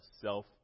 self